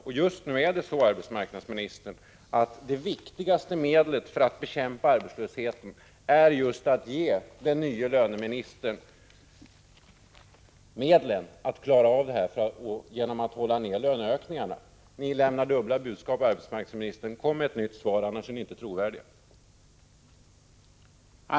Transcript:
Och just nu är det så, arbetsmarknadsministern, att det viktigaste sättet att bekämpa arbetslösheten är just att ge den nye löneministern medlen att klara av det här genom att hålla nere löneökningarna. Ni lämnar dubbla budskap, arbetsmarknadsministern. Kom med ett nytt svar, annars är ni inte trovärdiga!